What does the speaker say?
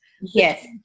Yes